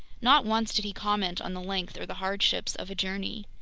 not once did he comment on the length or the hardships of a journey.